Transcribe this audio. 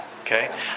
Okay